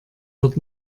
wird